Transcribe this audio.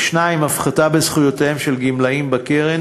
2. הפחתה בזכויותיהם של גמלאים בקרן,